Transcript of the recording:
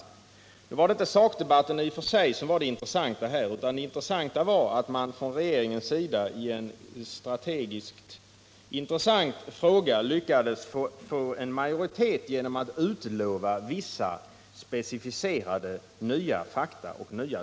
Måndagen den Nu var det i och för sig inte sakdebatten som var det väsentliga här 21 november 1977 utan att man från regeringens sida i en strategiskt intressant fråga lyckades I få majoritet genom att utlova vissa specificerade nya fakta och dokument.